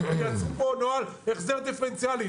תייצרו פה נוהל החזר דיפרנציאלי.